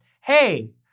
hey